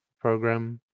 program